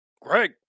Greg